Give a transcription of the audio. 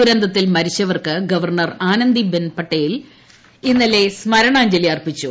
ദുരന്തത്തിൽ മരിച്ചവർക്ക് ഗവർണർ ആനന്ദിബെൻ പട്ടേൽ ഇന്നലെ സ്മരണാഞ്ജലി അർപ്പിച്ചു